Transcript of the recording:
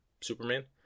Superman